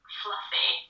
fluffy